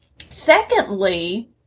Secondly